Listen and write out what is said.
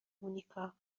مونیکا